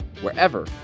wherever